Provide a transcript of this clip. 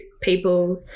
people